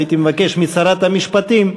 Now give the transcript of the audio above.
הייתי מבקש משרת המשפטים להשיב.